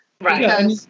Right